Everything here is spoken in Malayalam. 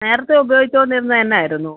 നേരത്തേ ഉപയോഗിച്ചുകൊണ്ടിരുന്നത് എന്നായിരുന്നു